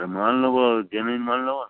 এ মাল নেবো জেনুইন মাল নেব না